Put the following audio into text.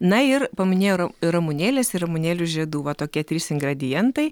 na ir paminėjo ra ramunėlės ir ramunėlių žiedų va tokie trys ingredientai